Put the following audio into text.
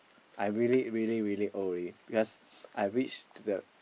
I really really really old already because I reached the